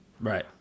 Right